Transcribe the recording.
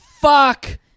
Fuck